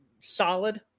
solid